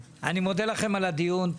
אני מודה לכם על הדיון.